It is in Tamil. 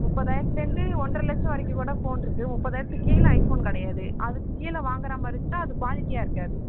முப்பதாயிரத்துலருந்து ஒன்னற லட்சம் வரைக்கும் கூட ஃபோன் இருக்கு முப்பதாயிரத்துக்கு கீழே ஐஃபோன் கெடையாது அதுக்கு கீழே வாங்குறமாதிரி இருந்துச்சுன்னா அது குவாலிட்டியாக இருக்காது